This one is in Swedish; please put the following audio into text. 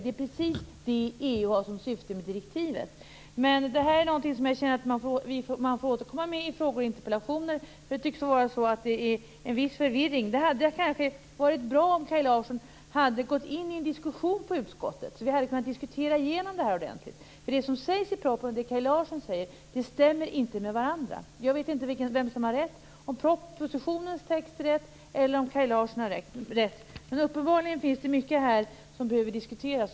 Det är precis det som EU har som syfte med direktivet. Detta är någonting som jag känner att vi får återkomma till i frågor och interpellationer. Det tycks vara en viss förvirring. Det hade kanske varit bra om Kaj Larsson i utskottet gått in i en diskussion så att vi kunnat diskutera igenom detta ordentligt. Det som sägs i propositionen och det som Kaj Larsson säger stämmer inte med varandra. Jag vet inte vem som har rätt; om propositionens text har rätt eller om Kaj Larsson har rätt. Uppenbarligen finns det här mycket som behöver diskuteras.